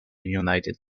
united